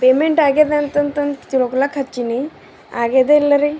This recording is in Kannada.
ಪೇಮೆಂಟ್ ಆಗ್ಯದ ಅಂತಂತಂತ ತಿಳ್ಕೊಳೋಕ್ ಹಚ್ಚಿನಿ ಆಗ್ಯದ ಇಲ್ಲ ರೀ